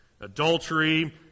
adultery